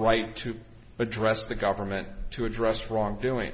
right to address the government to address wrongdoing